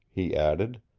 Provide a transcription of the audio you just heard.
he added.